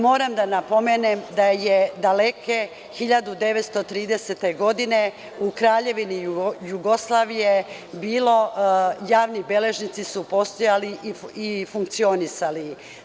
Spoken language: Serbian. Moram da napomenem da je daleke 1930. godine u Kraljevini Jugoslaviji, javni beležnici su postojali i funkcionisali.